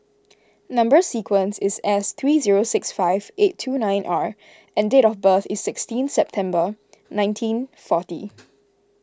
Number Sequence is S three zero six five eight two nine R and date of birth is sixteen December nineteen forty